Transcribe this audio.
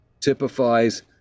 typifies